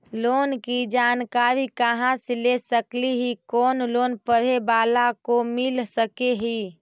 Loan की जानकारी कहा से ले सकली ही, कोन लोन पढ़े बाला को मिल सके ही?